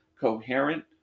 coherent